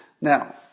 Now